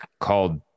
called